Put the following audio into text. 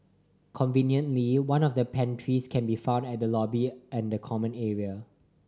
conveniently one of the pantries can be found at the lobby and common area